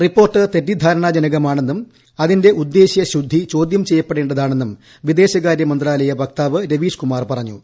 report തെറ്റിദ്ധാരണാ ്ജനകമാണെന്നും അതിന്റെ ഉദ്ദേശ്യ ശുദ്ധി ചെയ്യപ്പെടേണ്ടതാണെന്നും വിദേശകാര്യമന്ത്രാലയ ചോദ്യാ വക്താവ് രവീഷ്കുമാർ പറഞ്ഞു